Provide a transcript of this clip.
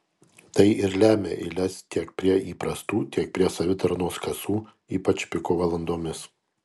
tai ir lemia eiles tiek prie įprastų tiek ir prie savitarnos kasų ypač piko valandomis